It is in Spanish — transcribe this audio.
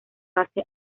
pase